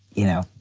you know,